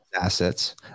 assets